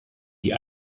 die